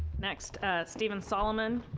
next steven solomon,